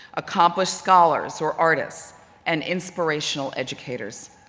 accomplished scholars or artists and inspirational educators.